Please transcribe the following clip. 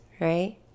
right